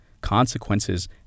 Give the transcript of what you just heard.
Consequences